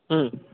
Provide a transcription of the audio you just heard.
હં